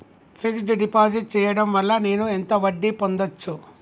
Fix డ్ deposit చేయటం వల్ల నేను ఎంత వడ్డీ పొందచ్చు?